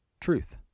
truth